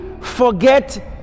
forget